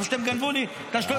פשוט הם גנבו לי, 20 שניות.